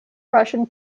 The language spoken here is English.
russian